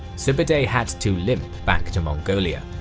sube'etei had to limp back to mongolia.